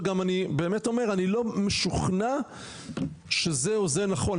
וגם אני באמת אומר אני לא משוכנע שזה או זה נכון,